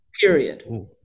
period